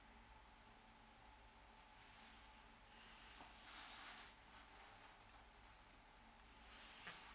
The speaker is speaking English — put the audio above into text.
uh mm